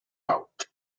out